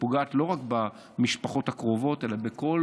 שפוגעת לא רק במשפחות הקרובות אלא בכל